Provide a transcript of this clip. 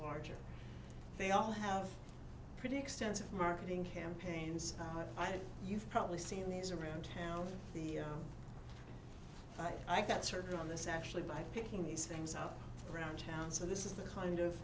larger they all have pretty extensive marketing campaigns i think you've probably seen these around town the i got served on this actually by picking these things out around town so this is the kind of